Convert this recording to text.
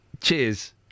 cheers